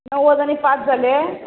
णव्वद आनी सात जाले